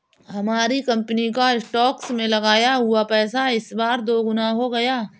हमारी कंपनी का स्टॉक्स में लगाया हुआ पैसा इस बार दोगुना हो गया